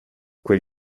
quel